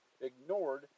ignored